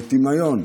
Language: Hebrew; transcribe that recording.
לטמיון.